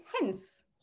hence